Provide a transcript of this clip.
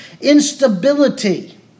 instability